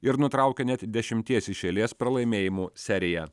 ir nutraukė net dešimies iš eilės pralaimėjimų seriją